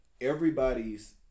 everybody's